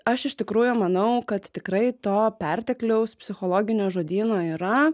aš iš tikrųjų manau kad tikrai to pertekliaus psichologinio žodyno yra